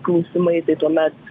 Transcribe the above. klausimai tai tuomet